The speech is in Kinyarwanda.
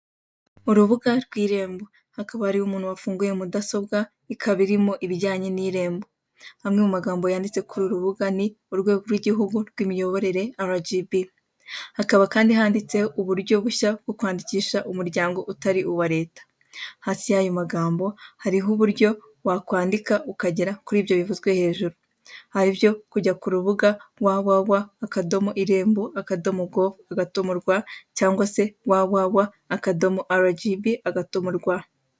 Urubuga rw'Irembo. Hakaba hariho umuntu wafunguye mudasobwa, ikaba irimo ibijyanye n'Irembo. Amwe mu magambo yanditse kuri uru rubuga ni urwego rw'igihugu rw'imiyoborere Arajibi. Hakaba kandi handitseho uburyo bushya bwo kwandikisha umuryango utari uwa Leta. Hasi y'ayo magambo hariho uburyo wakwandika ukagera kuri ibyo bivuzwe hejuru. Aribyo kujya ku rubuga wa wa wa, akadomo irembo, akadomo govu, akadomo rwa cyangwa se akadomo wa wa wa, akadomo arajibi, akadomo rwa.